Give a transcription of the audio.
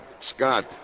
Scott